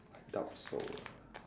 I doubt so